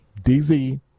DZ